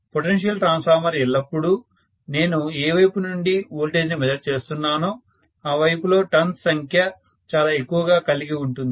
potential transformer ఎల్లప్పుడూ నేను ఏ వైపు నుంచి వోల్టేజ్ ని మెజర్ చేస్తున్నానో ఆ వైపులో టర్న్స్ సంఖ్య చాలా ఎక్కువగా కలిగి ఉంటుంది